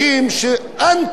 במעמד הזה.